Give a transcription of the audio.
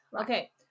Okay